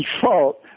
default